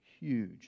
huge